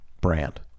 brand